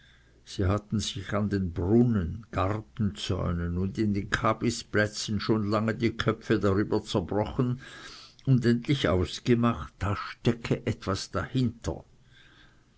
sie hatten sich an den brunnen gartenzäunen und in den kabisplätzen schon lange die köpfe darüber zerbrochen und endlich ausgemacht da stecke etwas dahinter